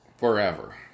Forever